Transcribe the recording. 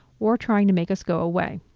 or trying to make us go away.